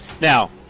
Now